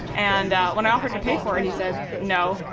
and when i offered to pay for it he said no,